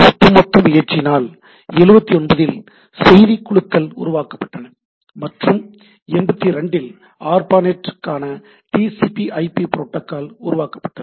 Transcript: ஒட்டுமொத்த முயற்சியினால் 79 இல் செய்தி குழுக்கள் உருவாக்கப்பட்டன மற்றும் 82 இல் ஆர்ப்பாநெட் கான T C P I P protocol உருவாக்கப்பட்டது